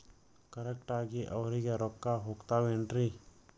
Correct ಆಗಿ ಅವರಿಗೆ ರೊಕ್ಕ ಹೋಗ್ತಾವೇನ್ರಿ?